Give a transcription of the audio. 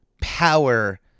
power